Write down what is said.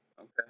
Okay